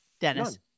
Dennis